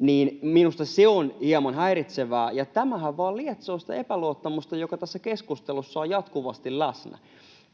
on minusta hieman häiritsevää. Ja tämähän vain lietsoo sitä epäluottamusta, joka tässä keskustelussa on jatkuvasti läsnä.